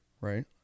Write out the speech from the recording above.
right